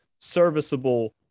serviceable